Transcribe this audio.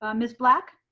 um miss black.